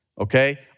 Okay